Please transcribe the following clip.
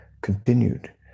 continued